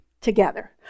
together